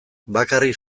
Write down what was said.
bakarrik